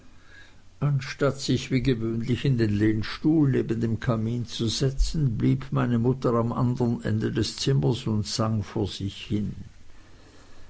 anstatt sich wie gewöhnlich in den lehnstuhl neben dem kamin zu setzen blieb meine mutter am andern ende des zimmers und sang vor sich hin